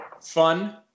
fun